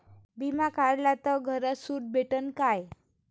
बिमा काढला तर करात सूट भेटन काय?